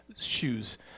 shoes